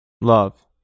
Love